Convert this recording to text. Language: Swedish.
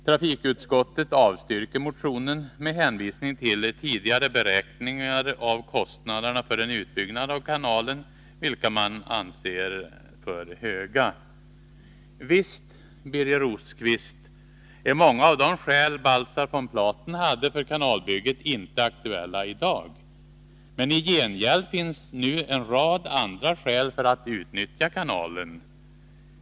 Trafikutskottet avstyrker motionen med hänvisning till tidigare beräkningar av kostnaderna för en utbyggnad av kanalen, vilka man anser för höga. Visst, Birger Rosqvist, är många av de skäl Baltzar von Platen hade för kanalbygget inte aktuella i dag, men i gengäld finns nu en rad andra skäl för att utnyttja kanalen.